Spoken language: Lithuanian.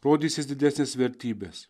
rodysis didesnės vertybės